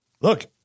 look